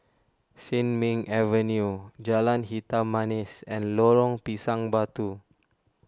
Sin Ming Avenue Jalan Hitam Manis and Lorong Pisang Batu